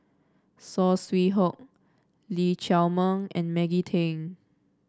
Saw Swee Hock Lee Chiaw Meng and Maggie Teng